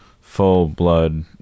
full-blood